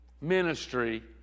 ministry